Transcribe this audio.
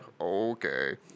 Okay